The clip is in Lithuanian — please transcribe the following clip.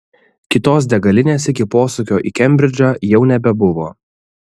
kitos degalinės iki posūkio į kembridžą jau nebebuvo